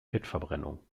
fettverbrennung